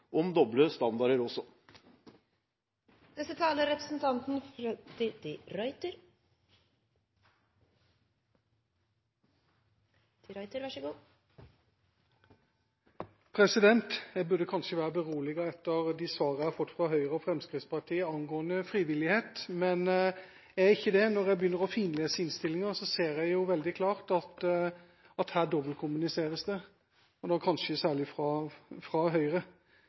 om doble standarder. Jeg burde kanskje være beroliget etter de svarene jeg har fått fra Høyre og Fremskrittspartiet angående frivillighet, men jeg er ikke det. Når jeg begynner å finlese innstillinga, ser jeg veldig klart at her dobbeltkommuniseres det, kanskje særlig fra Høyre.